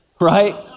right